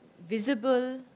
visible